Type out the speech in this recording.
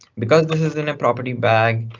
because this is in a property bag,